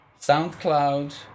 SoundCloud